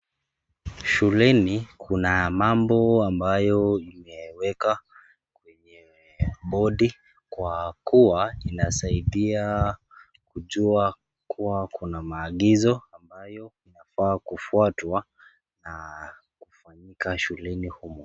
Shuleni kuna mambo ambayo imewekwa kwenye bodi kwa kuwa inasaidia kujua kuwa kuna maagizo ambayo inafaa kufuatwa na kufanyika shuleni humu.